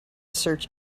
search